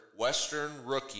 WESTERNROOKIE